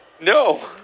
No